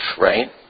right